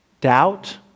doubt